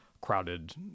crowded